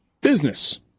business